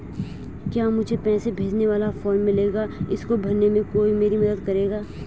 क्या मुझे पैसे भेजने वाला फॉर्म मिलेगा इसको भरने में कोई मेरी मदद करेगा?